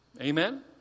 Amen